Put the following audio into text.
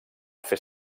fer